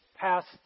passed